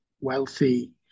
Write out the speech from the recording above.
wealthy